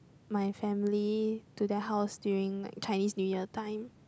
my family to their house during like Chinese New Year time